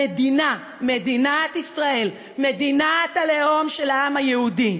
המדינה, מדינת ישראל, מדינת הלאום של העם היהודי,